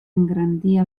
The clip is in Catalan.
engrandia